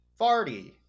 Farty